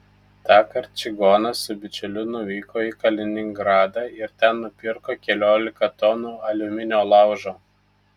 tąkart čigonas su bičiuliu nuvyko į kaliningradą ir ten nupirko keliolika tonų aliuminio laužo